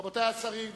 רבותי השרים,